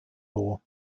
law